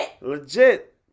Legit